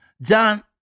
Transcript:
John